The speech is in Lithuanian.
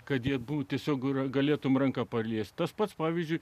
kad jie abu tiesiog kur galėtumei ranka paliestas pats pavyzdžiui